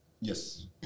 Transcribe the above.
yes